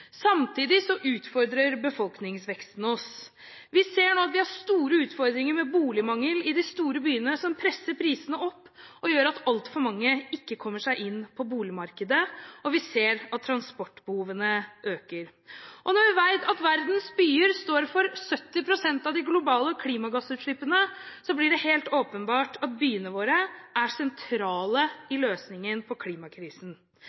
Samtidig utfordrer befolkningsveksten oss. Vi ser nå at vi har store utfordringer med boligmangel i de store byene, noe som presser prisene opp og gjør at altfor mange ikke kommer seg inn på boligmarkedet, og vi ser at transportbehovene øker. Når vi vet at verdens byer står for 70 pst. av de globale klimagassutslippene, blir det helt åpenbart at byene våre er sentrale